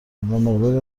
مقداری